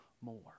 more